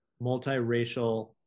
multiracial